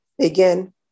again